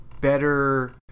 better